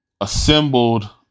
assembled